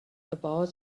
about